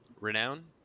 renown